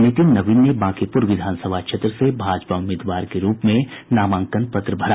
नितिन नवीन ने बांकीपुर विधानसभा क्षेत्र से भाजपा उम्मीदवार के रूप में नामांकन पत्र भरा